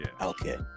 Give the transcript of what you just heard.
Okay